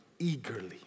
Eagerly